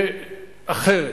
אחרת?